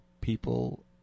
people